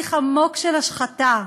בתהליך עמוק של השחתה,